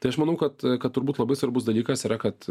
tai aš manau kad kad turbūt labai svarbus dalykas yra kad